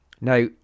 Now